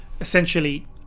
essentially